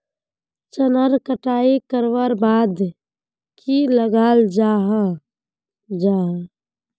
चनार कटाई करवार बाद की लगा जाहा जाहा?